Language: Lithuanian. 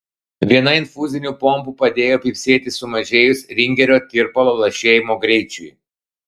viena infuzinių pompų padėjo pypsėti sumažėjus ringerio tirpalo lašėjimo greičiui